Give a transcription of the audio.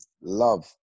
love